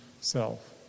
self